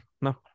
No